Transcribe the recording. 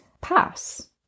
pass